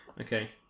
Okay